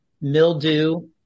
mildew